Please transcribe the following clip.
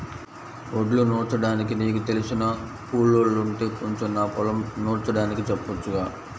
వడ్లు నూర్చడానికి నీకు తెలిసిన కూలోల్లుంటే కొంచెం నా పొలం నూర్చడానికి చెప్పొచ్చుగా